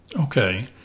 okay